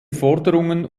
forderungen